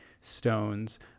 stones